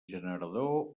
generador